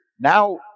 now